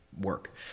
work